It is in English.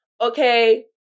okay